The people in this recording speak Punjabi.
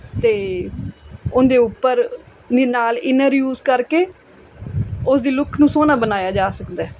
ਅਤੇ ਉਹਦੇ ਉੱਪਰ ਦੇ ਨਾਲ ਇਨਰ ਯੂਜ ਕਰਕੇ ਉਸ ਦੀ ਲੁੱਕ ਨੂੰ ਸੋਹਣਾ ਬਣਾਇਆ ਜਾ ਸਕਦਾ